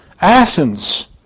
Athens